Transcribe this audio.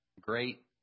great